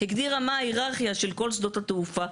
הגדירה מה ההיררכיה של כל שדות התעופה.